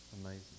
amazing